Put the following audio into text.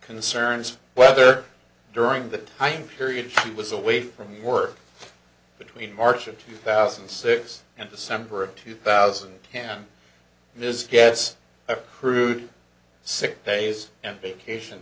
concerns whether during that time period she was away from work between march of two thousand and six and december of two thousand and ten ms gets a crude sick days and vacation